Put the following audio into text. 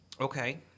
Okay